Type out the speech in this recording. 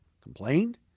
complained